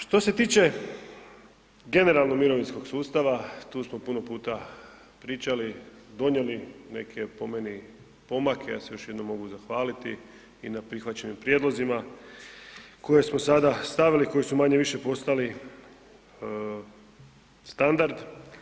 Što se tiče generalno mirovinskog sustava, tu smo puno puta pričali, donijeli, po meni neke pomake, ja se još jednom mogu zahvaliti i na prihvaćenim prijedlozima koje smo sada stavili, koji su manje-više postali standard.